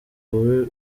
bubi